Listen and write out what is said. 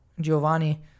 Giovanni